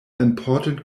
important